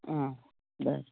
आं बरें